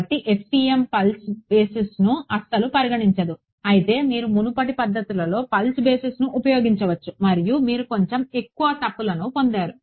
కాబట్టి FEM pulse బేసిస్ను అస్సలు పరిగణించదు అయితే మీరు మునుపటి పద్ధతుల్లో పల్స్ బేసిస్ను ఉపయోగించవచ్చు మరియు మీరు కొంచెం ఎక్కువ తప్పులను పొందారు